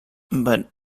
but